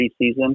preseason